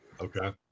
Okay